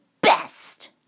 best